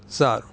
સારું